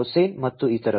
ಹೊಸೈನ್ ಮತ್ತು ಇತರರು